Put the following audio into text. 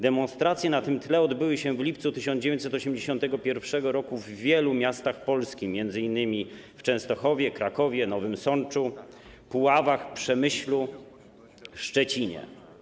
Demonstracje na tym tle odbyły się w lipcu 1981 r. w wielu miastach Polski, m.in. w Częstochowie, Krakowie, Nowym Sączu, Puławach, Przemyślu, Szczecinie.